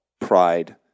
pride